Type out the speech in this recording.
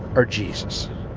or jesus.